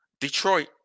Detroit